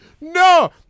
no